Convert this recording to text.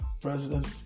president